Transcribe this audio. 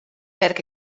werk